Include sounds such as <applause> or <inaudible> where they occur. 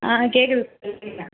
ஆ கேட்குது <unintelligible>